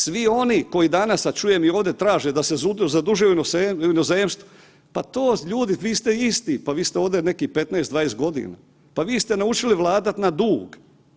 Svi oni koji danas, a čujem i ovdje, traže da se zadužuju u inozemstvu, pa to ljudi vi ste isti, pa vi ste ovdje nekih 15-20.g., pa vi ste naučili vladat na dug.